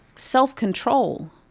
self-control